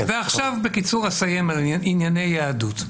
ועכשיו, בקיצור, אסיים בענייני יהדות,